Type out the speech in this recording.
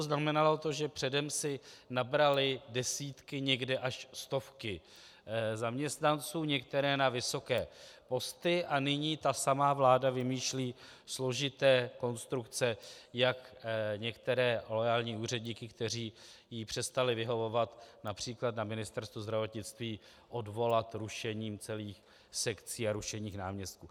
Znamenalo to, že předem si nabrali desítky, někde až stovky zaměstnanců, některé na vysoké posty, a nyní ta samá vláda vymýšlí složité konstrukce, jak některé loajální úředníky, kteří jí přestali vyhovovat, například na Ministerstvu zdravotnictví, odvolat rušením celých sekcí a rušením náměstků.